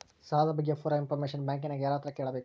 ಸಾಲದ ಬಗ್ಗೆ ಪೂರ ಇಂಫಾರ್ಮೇಷನ ಬ್ಯಾಂಕಿನ್ಯಾಗ ಯಾರತ್ರ ಕೇಳಬೇಕು?